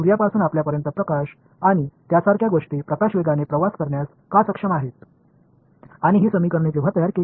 சூரியனில் இருந்து நமக்கு ஒளியின் வேகத்தில் ஏன் ஒளி பயணிக்க முடியும் என்பதையும் அது போன்ற விஷயங்களையும் அது விளக்கியது